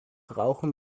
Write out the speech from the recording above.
rauchen